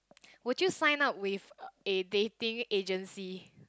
would you sign up with a dating agency